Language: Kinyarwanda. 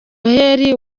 noheli